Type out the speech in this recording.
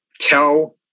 tell